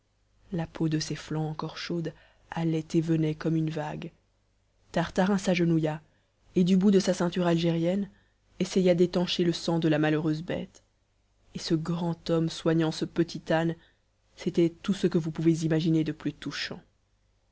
la peau de ses flancs encore chaude allait et venait comme une vague tartarin s'agenouilla et du bout de sa ceinture algérienne essaya d'étancher le sang de la malheureuse bête et ce grand homme soignant ce petit âne c'était tout ce que vous pouvez imaginer de plus touchant